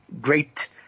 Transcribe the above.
great